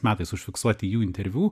metais užfiksuoti jų interviu